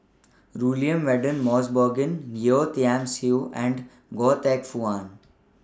Rudy William Mosbergen Yeo Tiam Siew and Goh Teck Phuan